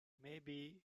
maybe